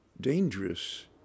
dangerous